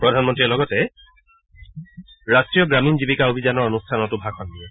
প্ৰধানমন্ত্ৰীয়ে লগতে ৰাষ্টীয় গ্ৰামীণ জীৱিকা অভিযানৰ অনুষ্ঠানতো ভাষণ দিয়ে